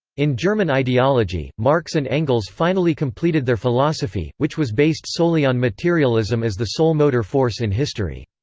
in german ideology, marx and engels finally completed their philosophy, which was based solely on materialism as the sole motor force in history.